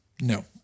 No